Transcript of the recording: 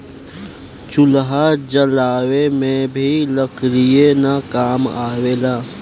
चूल्हा जलावे में भी लकड़ीये न काम आवेला